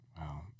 Wow